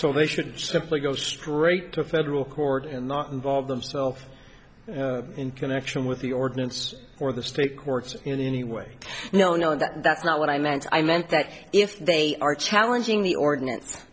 so they should simply go straight to federal court in not involve themself in connection with the ordinance or the state courts in any way no no that's not what i meant i meant that if they are challenging the ordinance